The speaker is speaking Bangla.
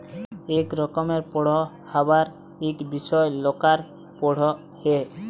ইক রকমের পড়্হাবার ইক বিষয় লকরা পড়হে